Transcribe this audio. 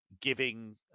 giving